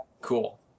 cool